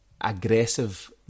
Aggressive